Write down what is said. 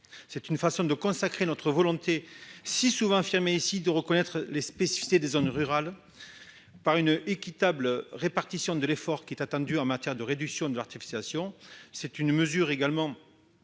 C'est une façon de consacrer notre volonté, si souvent affirmée dans cet hémicycle, de reconnaître les spécificités des zones rurales, par une équitable répartition de l'effort attendu en matière de réduction de l'artificialisation. Cette mesure corrige